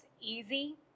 easy